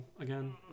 again